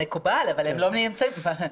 מקובל, אבל הם לא נמצאים פה.